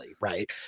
right